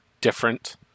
different